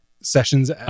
sessions